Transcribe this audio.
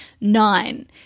Nine